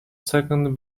second